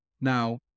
Now